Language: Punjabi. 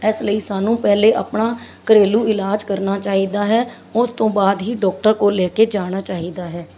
ਇਸ ਲਈ ਸਾਨੂੰ ਪਹਿਲਾਂ ਆਪਣਾ ਘਰੇਲੂ ਇਲਾਜ ਕਰਨਾ ਚਾਹੀਦਾ ਹੈ ਉਸ ਤੋਂ ਬਾਅਦ ਹੀ ਡਾਕਟਰ ਕੋਲ ਲੈ ਕੇ ਜਾਣਾ ਚਾਹੀਦਾ ਹੈ